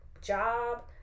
job